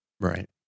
Right